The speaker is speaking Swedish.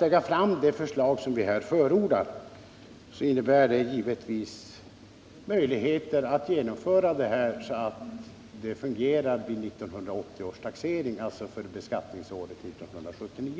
lägga fram det förslag som vi förordar, finns det givetvis möjligheter att genomföra det så att bestämmelserna kan tillämpas vid 1980 års taxering, dvs. för beskattningsåret 1979.